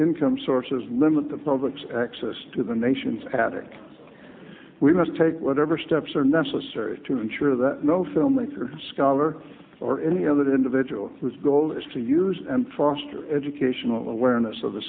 income sources limit the public's access to the nation's attic we must take whatever steps are necessary to ensure that no filmmaker scholar or any other individual whose goal is to use and foster educational awareness of the